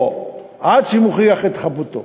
עד שהוא מוכיח את חפותו.